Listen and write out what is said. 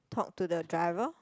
talk to the driver